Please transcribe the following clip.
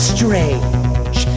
Strange